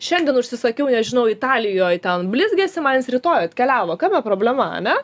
šiandien užsisakiau nežinau italijoj ten blizgesį man jis rytoj atkeliavo kame problema ane